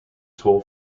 toll